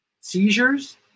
seizures